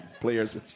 players